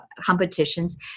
competitions